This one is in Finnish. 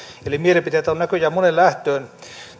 eli mielipiteitä on näköjään moneen lähtöön